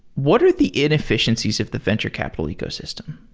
what are the inefficiencies of the venture capital ecosystem?